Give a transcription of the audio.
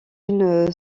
une